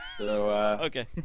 Okay